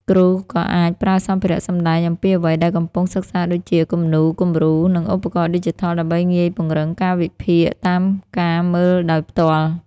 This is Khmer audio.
គ្រូក៏អាចប្រើសម្ភារៈសម្ដែងអំពីអ្វីដែលកំពុងសិក្សាដូចជា គំនូរ គំរូ និងឧបករណ៍ឌីជីថល ដើម្បីងាយពង្រឹងការវិភាគ តាមការមើលដោយផ្ទាល់។